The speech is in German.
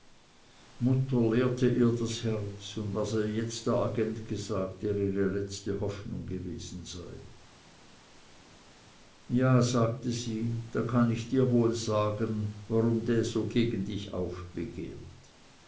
mutter leerte ihr das herz und was ihr jetzt der agent gesagt der ihre letzte hoffnung gewesen sei ja sagte die da kann ich dir wohl sagen warum dä so gegen dich aufbegehrt